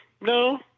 No